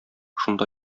шунда